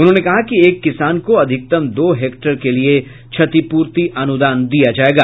उन्होंने कहा कि एक किसान को अधिकतम दो हेक्टेयर के लिए क्षतिपूर्ति अनूदान दिया जायेगा